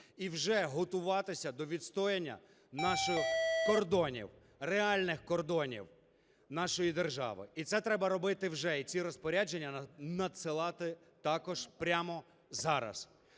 і вже готуватися до відстоювання наших кордонів, реальних кордонів нашої держави, і це треба робити вже, і ці розпорядження надсилати також прямо зараз.